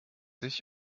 ich